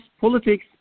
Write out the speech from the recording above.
politics